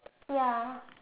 ya